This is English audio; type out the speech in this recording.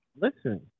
Listen